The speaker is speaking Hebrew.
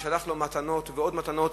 ושלח לו עוד מתנות ועוד מתנות,